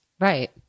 Right